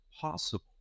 possible